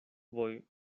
voy